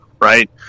right